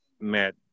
met